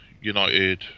United